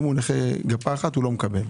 אם נכה גפה אחת לא מקבל.